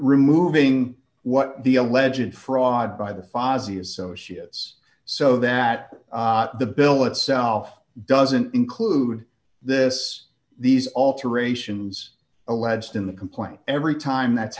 removing what the alleged fraud by the fozzy associates so that the bill itself doesn't include this these alterations alleged in the complaint every time that's